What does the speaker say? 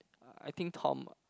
I think Tom ah